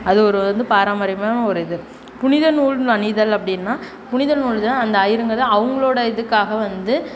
அது ஒரு வந்து பாரம்பரியமான ஒரு இது புனிதநூல் அணிதல் அப்படின்னா புனிதநூல்தான் அந்த ஐயருங்கதான் அவங்களோட இதுக்காக வந்து